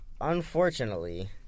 unfortunately